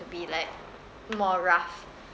to be like more rough